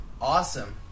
Awesome